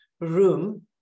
room